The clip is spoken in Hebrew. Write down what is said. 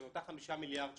אותם 5 מיליארד שקלים,